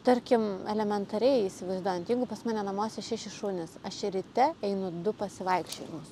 tarkim elementariai įsivaizduojant jeigu pas mane namuose šeši šunys aš ryte einu du pasivaikščiojimus